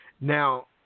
Now